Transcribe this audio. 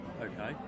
Okay